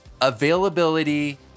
availability